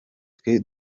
twe